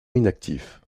inactif